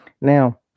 Now